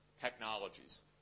technologies